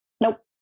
Nope